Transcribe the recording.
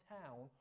town